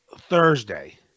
Thursday